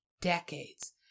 decades